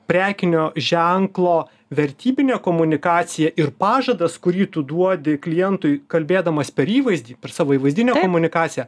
prekinio ženklo vertybinė komunikacija ir pažadas kurį tu duodi klientui kalbėdamas per įvaizdį per savo įvaizdinę komunikaciją